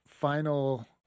final